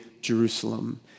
Jerusalem